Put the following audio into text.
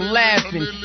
laughing